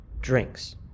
drinks